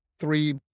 three